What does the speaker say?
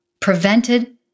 prevented